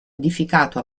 edificato